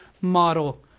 model